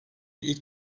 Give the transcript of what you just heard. ilk